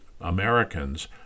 Americans